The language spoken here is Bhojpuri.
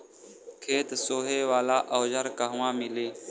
खेत सोहे वाला औज़ार कहवा मिली?